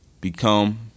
become